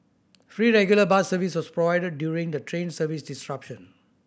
free regular bus service was provided during the train service disruption